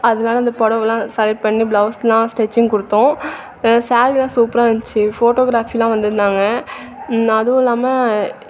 அதனால அந்த புடவலாம் செலக்ட் பண்ணி ப்ளவுஸ்லாம் ஸ்டிச்சிங் கொடுத்தோம் சாரீலாம் சூப்பரக இருந்ச்சி ஃபோட்டோக்ராஃபிலாம் வந்துருந்தாங்க அதுவும் இல்லாமல்